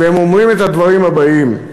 והם אומרים את הדברים הבאים: